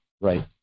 right